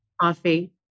Coffee